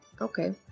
okay